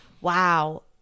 Wow